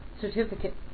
certificate